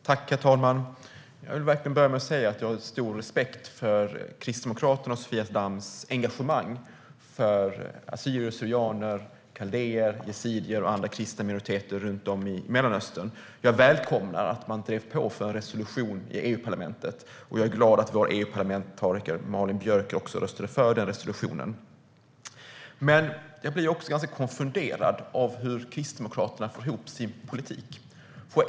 Herr talman! Jag vill verkligen säga att jag har stor respekt för Kristdemokraternas och Sofia Damms engagemang för assyrier, syrianer, kaldéer, yazidier och andra kristna minoriteter runt om i Mellanöstern. Jag välkomnar att man drev på för en resolution i EU-parlamentet, och jag är glad att vår EU-parlamentariker Malin Björk röstade för den resolutionen. Men jag blir också ganska konfunderad av hur Kristdemokraterna får ihop sin politik.